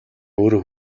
өөрөө